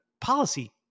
policy